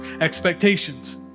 expectations